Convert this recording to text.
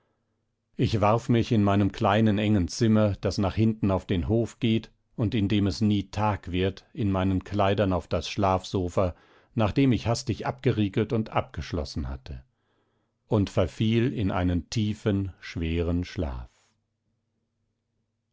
ich warf mich in meinem kleinen engen zimmer das nach hinten auf den hof geht und in dem es nie tag wird in meinen kleidern auf das schlafsofa nachdem ich hastig abgeriegelt und abgeschlossen hatte und verfiel in einen tiefen schweren schlaf